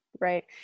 Right